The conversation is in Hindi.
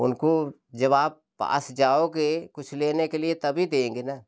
उनको जब आप पास जाओगे कुछ लेने के लिए तभी देंगे ना